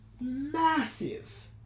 massive